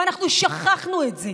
ואנחנו שכחנו את זה.